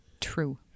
True